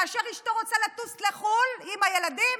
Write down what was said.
כאשר אשתו רוצה לטוס לחו"ל עם הילדים,